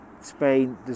Spain